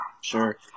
Sure